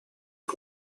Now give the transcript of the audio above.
کنم